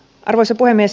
arvoisa puhemies